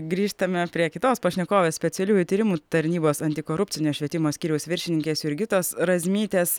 grįžtame prie kitos pašnekovės specialiųjų tyrimų tarnybos antikorupcinio švietimo skyriaus viršininkės jurgitos razmytės